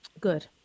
Good